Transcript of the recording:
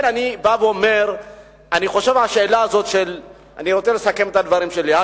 אני רוצה לסכם את הדברים שלי.